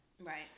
Right